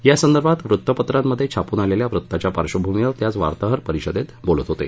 यासंदर्भात वृत्तपत्रांमध्ये छापून आलेल्या वृत्ताच्या पार्श्वभूमीवर ते आज वार्ताहर परिषदेत बोलत होते